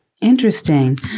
Interesting